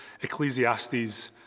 Ecclesiastes